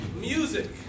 music